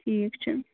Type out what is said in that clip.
ٹھیٖک چھُ